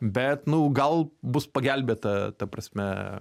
bet nu gal bus pagelbėta ta prasme